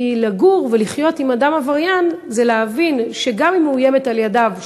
כי לגור ולחיות עם אדם עבריין זה להבין שהיא גם מאוימת על-ידו,